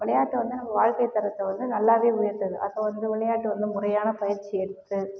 விளையாட்ட வந்து நம்ம வாழ்க்கைத்தரத்தை வந்து நல்லாவே உயர்த்துது அப்போ வந்து விளையாட்டு வந்து முறையான பயிற்சி எடுத்து